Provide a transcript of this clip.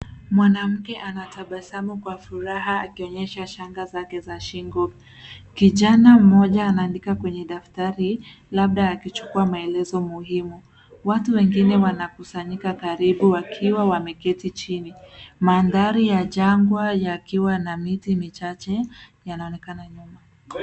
Mwanamke anatabasamu kwa furaha akionyesha shanga zake za shingo. Kijana mmoja anaandika kwenye daftari labda akichukua maelezo muhimu. Watu wengine wanakusanyika karibu wakiwa wameketi chini. Mandhari ya jangwa yakiwa na miti michache yanaonekana nyuma.